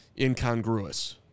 incongruous